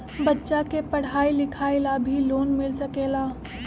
बच्चा के पढ़ाई लिखाई ला भी लोन मिल सकेला?